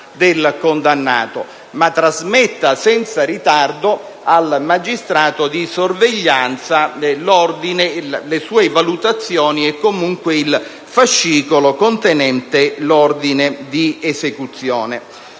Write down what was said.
del condannato), ma trasmetta senza ritardo al magistrato di sorveglianza le sue valutazioni e comunque il fascicolo contenente l'ordine di esecuzione.